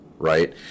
Right